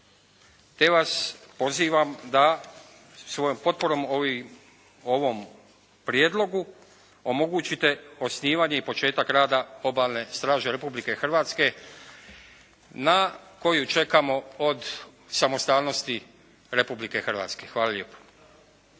te vas pozivam da svojom potporom ovom prijedlogu, omogućite osnivanje i početak rada Obalne straže Republike Hrvatske na koju čekamo od samostalnosti Republike Hrvatske. Hvala lijepo.